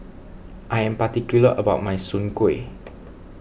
I am particular about my Soon Kway